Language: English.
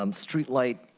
um street light,